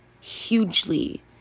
hugely